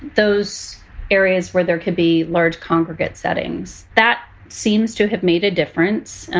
those areas where there could be large congregate settings, that seems to have made a difference. and